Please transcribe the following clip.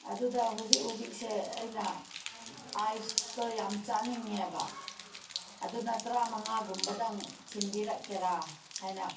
ꯑꯗꯨꯗ ꯍꯧꯖꯤꯛ ꯍꯧꯖꯤꯛꯁꯦ ꯑꯩꯅ ꯑꯥꯏꯁꯇꯣ ꯌꯥꯝ ꯆꯥꯅꯤꯡꯉꯦꯕ ꯑꯗꯨꯅ ꯇꯔꯥꯃꯉꯥꯒꯨꯝꯕꯗꯪ ꯊꯤꯟꯕꯤꯔꯛꯀꯦꯔꯥ ꯍꯥꯏꯅ